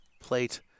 plate